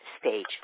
stage